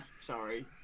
Sorry